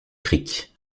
criques